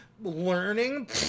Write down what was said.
learning